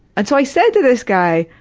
and so i said to this guy,